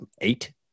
eight